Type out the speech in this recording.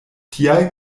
tial